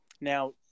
now